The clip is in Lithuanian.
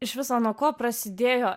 iš viso nuo ko prasidėjo